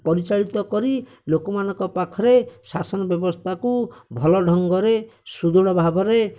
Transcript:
ପରିଚାଳିତ କରି ଲୋକମାନଙ୍କ ପାଖରେ ଶାସନ ବ୍ୟବସ୍ଥାକୁ ଭଲ ଢଙ୍ଗରେ ସୁଦୃଢ଼ ଭାବରେ